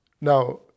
Now